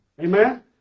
Amen